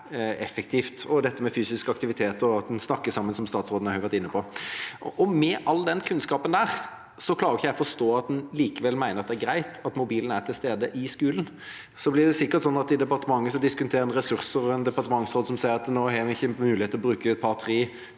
og også fysisk aktivitet og at en snakker sammen, som statsråden også har vært inne på. Med all denne kunnskapen klarer jeg ikke å forstå at en likevel mener det er greit at mobilen er til stede i skolen. Så er det sikkert slik at en i departementet diskuterer ressurser, at en departementsråd sier at nå har vi ikke mulighet til å bruke et par-tre